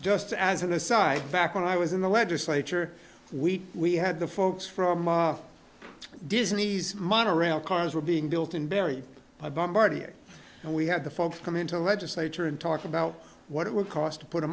just as an aside back when i was in the legislature we we had the folks from disney's monorail cars were being built in barry bombardier and we had the folks come into legislature and talk about what it would cost to put a